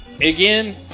again